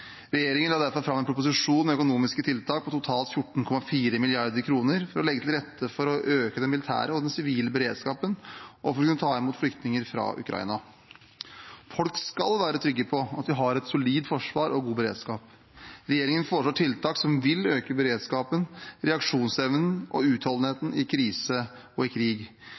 Regjeringen la derfor fram en proposisjon med økonomiske tiltak på totalt 14,4 mrd. kr for å legge til rette for å øke den militære og sivile beredskapen og for å kunne ta imot flyktninger fra Ukraina. Folk skal være trygge på at vi har et solid forsvar og god beredskap. Regjeringen foreslår tiltak som vil øke beredskapen, reaksjonsevnen og utholdenheten i krise og krig. Vi vil øke Forsvarets tilstedeværelse i